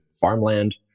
farmland